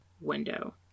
window